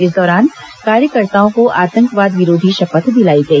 इस दौरान कार्यकर्ताओं को आतंकवाद विरोधी शपथ दिलाई गई